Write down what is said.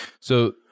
So-